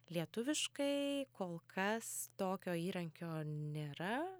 lietuviškai kol kas tokio įrankio nėra